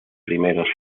primeros